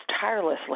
tirelessly